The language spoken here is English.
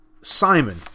Simon